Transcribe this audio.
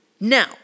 Now